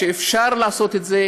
שאפשר לעשות את זה.